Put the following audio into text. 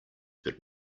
but